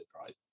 right